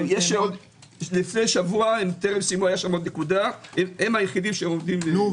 הם היחידים- -- ברגע